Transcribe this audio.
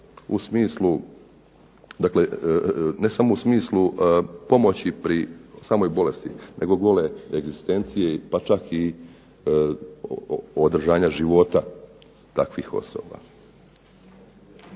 im zaista potrebna ne samo u smislu pomoći pri samoj bolesti nego gole egzistencije pa čak i održanja života takvih osoba.